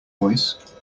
voice